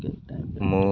ମୁଁ